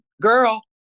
girl